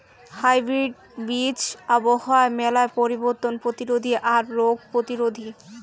hybrid বীজ আবহাওয়ার মেলা পরিবর্তন প্রতিরোধী আর রোগ প্রতিরোধী